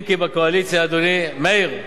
אם כי בקואליציה, אדוני, מאיר,